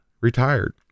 retired